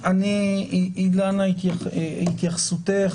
אילנה, התייחסותך.